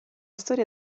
storia